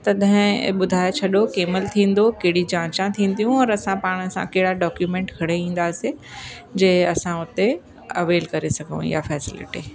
तॾहिं ॿुधाए छॾो कंहिं महिल थींदो कहिड़ी जांचा थीदियूं औरि असां पाण सां कहिड़ा डॉक्यूमेंट खणी ईंदासीं जे असां हुते अवेल करे सघूं इहा फैसिलिटी